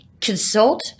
consult